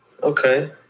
Okay